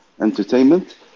entertainment